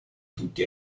tutti